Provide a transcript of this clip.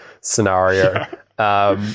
scenario